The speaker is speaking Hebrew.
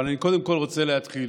אבל אני קודם כול רוצה להתחיל